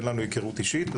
אין לנו היכרות אישית,